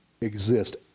exist